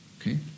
Okay